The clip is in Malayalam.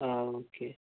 ആ ഓക്കെ